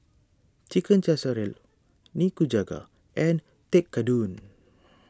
Chicken Casserole Nikujaga and Tekkadon